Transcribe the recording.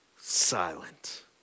silent